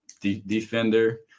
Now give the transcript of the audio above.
defender